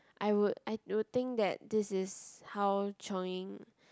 I would I w~ would think that this is how chionging